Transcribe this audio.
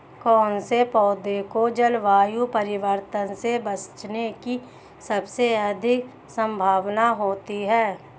कौन से पौधे को जलवायु परिवर्तन से बचने की सबसे अधिक संभावना होती है?